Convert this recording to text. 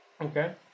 Okay